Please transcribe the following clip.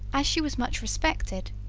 as she was much respected,